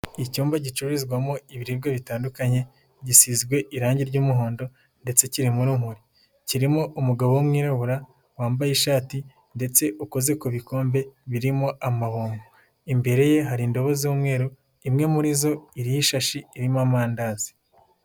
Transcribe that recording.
Icyumba gicururizwamo ibiribwa bitandukanye, gisizwe irangi ry'umuhondo ndetse kirimo urumuri, kirimo umugabo w'umwirabura wambaye ishati ndetse ukoze ku bikombe birimo amabombo. Imbere ye hari indobo z'umweru imwe muri zo iriho shashi irimo amandazi.